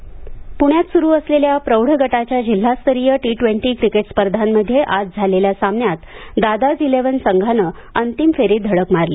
प्ण्यात सुरू असलेल्या प्रौढ गटाच्या जिल्हास्तरीय टी ट्वेन्टी क्रिकेट स्पर्धांमध्ये आज झालेल्या सामन्यात दादाज इलेव्हन संघाने अंतिम फेरीत धडक मारली